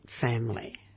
family